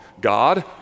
God